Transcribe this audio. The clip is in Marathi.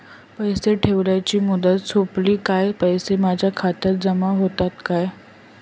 पैसे ठेवल्याची मुदत सोपली काय पैसे माझ्या खात्यात जमा होतात काय?